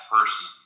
person